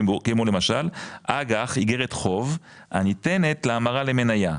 כמו למשל אג"ח איגרת חוב הניתנת להמרה למניה,